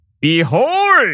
Behold